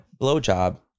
blowjob